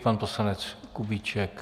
Pan poslanec Kubíček.